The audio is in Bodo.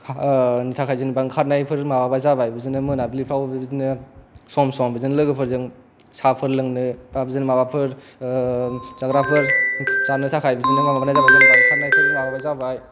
बेनि थाखाय जेन'बा ओंखारनायफोर माबाबा जाबाय बिदिनो मोनाबिलिफोराव बिदिनो सम सम बिदिनो लोगोफोरजों साफोर लोंनो बा बिदिनो माबाफोर जाग्राफोर जानो थाखाय बिदिनो माबानाय जाबाय